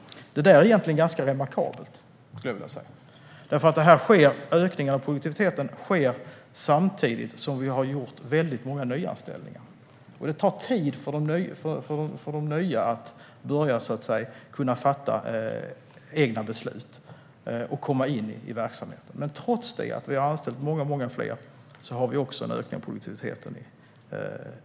Jag skulle vilja säga att detta är ganska remarkabelt, eftersom ökningen av produktiviteten sker samtidigt som vi har gjort väldigt många nyanställningar. Det tar tid för de nya att börja kunna fatta egna beslut och komma in i verksamheten, men trots detta har vi i år fått en ökad produktivitet.